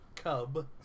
Cub